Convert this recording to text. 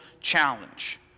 challenge